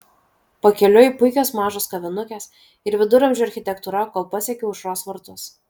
pakeliui puikios mažos kavinukės ir viduramžių architektūra kol pasiekiau aušros vartus